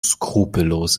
skrupellos